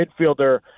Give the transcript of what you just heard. midfielder